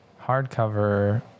hardcover